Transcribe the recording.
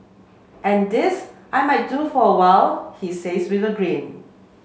and this I might do for a while he says with a grin